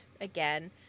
again